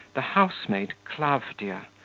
the housemaid klavdia,